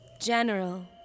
General